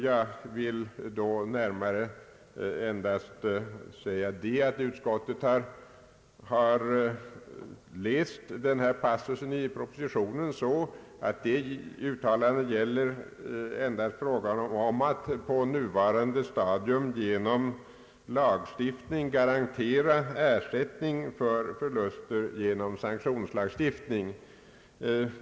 Jag vill då endast säga att utskottet har läst denna passus i propositionen så, att uttalandet gäller endast frågan om att på nuvarande stadium genom lagstiftning garantera ersättning för förluster genom sanktionslagstiftning.